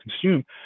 consume